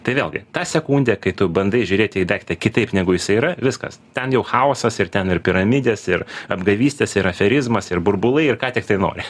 tai vėlgi tą sekundę kai tu bandai žiūrėti į daiktą kitaip negu jisai yra viskas ten jau chaosas ir ten ir piramidės ir apgavystės ir aferizmas ir burbulai ir ką tiktai nori